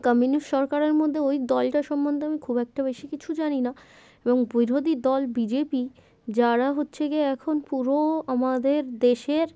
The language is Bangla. কমিউনিস্ট সরকারের মধ্যে ওই দলটা সম্বন্ধে আমি খুব একটা বেশি কিছু জানি না এবং বিরোধী দল বি জে পি যারা হচ্ছে গিয়ে এখন পুরো আমাদের দেশের